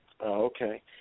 Okay